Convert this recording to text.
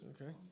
Okay